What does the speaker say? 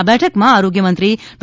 આ બેઠકમાં આરોગ્ય મંત્રી ડો